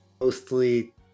Mostly